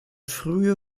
frühe